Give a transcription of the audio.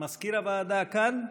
מזכיר הוועדה כאן,